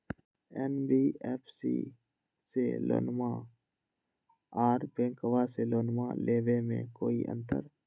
NBFC से लोनमा आर बैंकबा से लोनमा ले बे में कोइ अंतर?